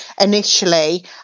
initially